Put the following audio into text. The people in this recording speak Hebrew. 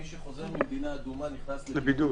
מי שחוזר ממדינה אדומה נכנס לבידוד.